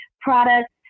products